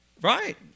Right